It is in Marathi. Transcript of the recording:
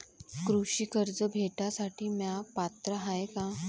कृषी कर्ज भेटासाठी म्या पात्र हाय का?